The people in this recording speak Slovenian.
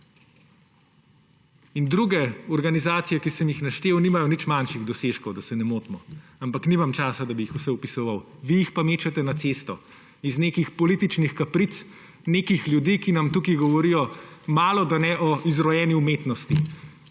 Druge organizacije, ki sem jih naštel, nimajo nič manjših dosežkov, da ne bo pomote, ampak nimam časa, da bi jih vse opisoval, vi jih pa mečete na cesto iz nekih političnih kapric nekih ljudi, ki nam tukaj govorijo malodane o izrojeni umetnosti.